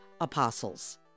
apostles